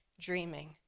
dreaming